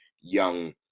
young